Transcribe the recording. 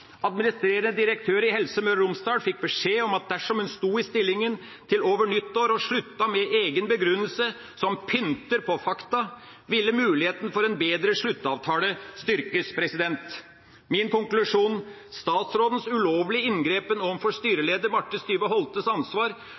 Administrerende direktør i Helse Møre og Romsdal fikk beskjed om at dersom en sto i stillinga til over nyttår og sluttet med egen begrunnelse som pyntet på fakta, ville muligheten for en bedre sluttavtale styrkes. Min konklusjon: Statsrådens ulovlige inngripen overfor styreleder Marthe Styve Holtes ansvar